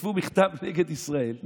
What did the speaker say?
כתבו מכתב נגד ישראל,